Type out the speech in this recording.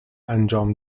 انجام